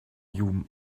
you